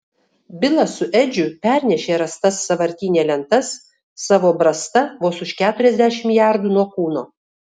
bilas su edžiu pernešė rastas sąvartyne lentas savo brasta vos už keturiasdešimt jardų nuo kūno